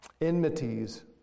Enmities